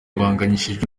bahangayikishijwe